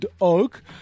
oak